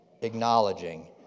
acknowledging